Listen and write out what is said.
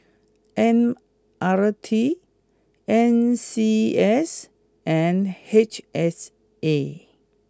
M R T N C S and H S A